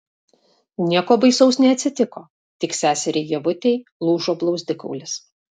nieko baisaus neatsitiko tik seseriai ievutei lūžo blauzdikaulis